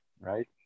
right